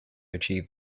achieve